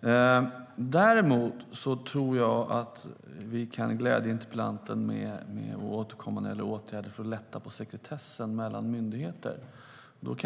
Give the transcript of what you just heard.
Jag vill vara tydlig på den punkten. Däremot tror jag att jag kan glädja interpellanten med att vi ska återkomma när det gäller åtgärder för att lätta på sekretessen mellan myndigheter.